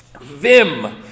VIM